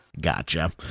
Gotcha